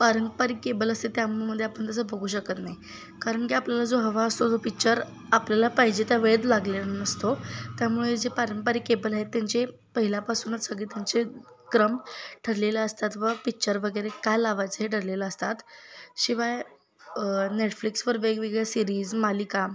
पारंपरिक केबल असते त्यामध्ये आपण तसं बघू शकत नाही कारण की आपल्याला जो हवा असतो जो पिक्चर आपल्याला पाहिजे त्या वेळेत लागलेला नसतो त्यामुळे जे पारंपरिक केबल आहेत त्यांचे पहिल्यापासूनच सगळे त्यांचे क्रम ठरलेले असतात व पिच्चर वगैरे काय लावायचे ठरलेले असतात शिवाय नेटफ्लिक्सवर वेगवेगळ्या सिरीज मालिका